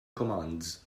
commands